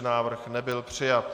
Návrh nebyl přijat.